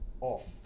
Off